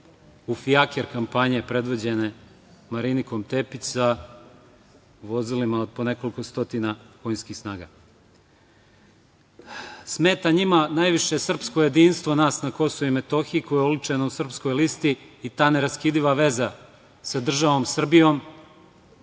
u fijaker kampanje predvođene Marinikom Tepić sa vozilima od po nekoliko stotina konjskih snaga. Smeta njima najviše srpsko jedinstvo nas na KiM koje je oličeno u Srpskoj listi i ta neraskidiva veza sa državom Srbijom,